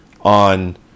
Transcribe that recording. on